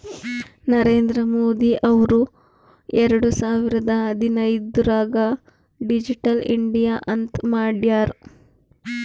ನರೇಂದ್ರ ಮೋದಿ ಅವ್ರು ಎರಡು ಸಾವಿರದ ಹದಿನೈದುರ್ನಾಗ್ ಡಿಜಿಟಲ್ ಇಂಡಿಯಾ ಅಂತ್ ಮಾಡ್ಯಾರ್